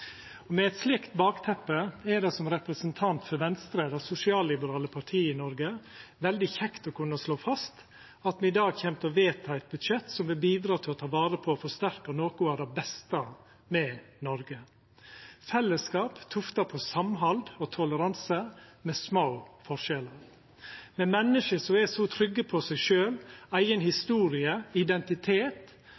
nok. Med eit slikt bakteppe er det som representant for Venstre, det sosialliberale partiet i Noreg, veldig kjekt å kunna slå fast at me i dag kjem til å vedta eit budsjett som vil bidra til å ta vare på og forsterka noko av det beste med Noreg: fellesskap tufta på samhald og toleranse, med små forskjellar, med menneske som er så trygge på seg sjølve, eiga historie og eigen